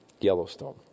Yellowstone